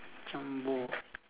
Jumbo